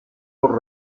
por